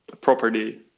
property